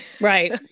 Right